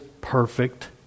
perfect